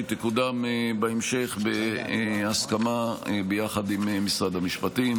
שהיא תקודם בהמשך בהסכמה יחד עם משרד המשפטים.